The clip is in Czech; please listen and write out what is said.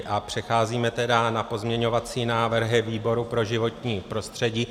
A přecházíme tedy na pozměňovacími návrhy výboru pro životní prostředí.